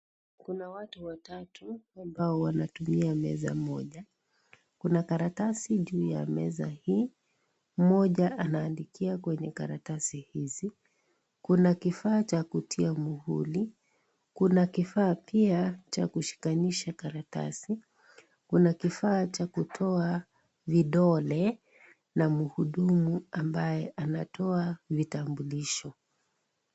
Kuna watu watatu ambao wanatumia meza moja. Kuna karatasi juu ya meza hii. Mmoja anaandikia kwenye karatasi hizi. Kuna kifaa cha kutia muhuri. Kuna kifaa pia cha kushikanisha karatasi. Kuna kifaa cha kutoa vidole na mhudumu ambaye anatoa vitambulisho.